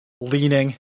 leaning